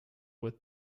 with